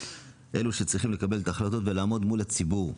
אלה שצריכים לקבל את ההחלטות ולעמוד מול הציבור.